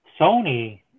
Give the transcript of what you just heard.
Sony